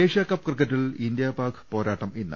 Asia Cup ക്രിക്കറ്റിൽ India Pak പോരാട്ടം ഇന്ന്